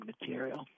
material